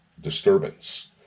disturbance